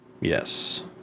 Yes